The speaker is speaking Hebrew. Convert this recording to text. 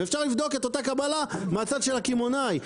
ואפשר לבדוק את אותה קבלה מהצד של הקמעונאי.